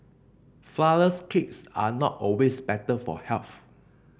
flourless cakes are not always better for health